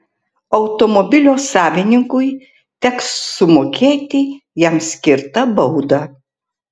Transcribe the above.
automobilio savininkui teks sumokėti jam skirtą baudą